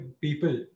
people